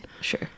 sure